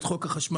את חוק החשמל,